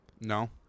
No